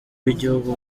w’igihugu